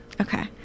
Okay